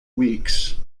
weeks